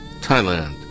Thailand